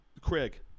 Craig